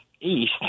east